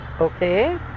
okay